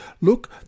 Look